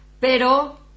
pero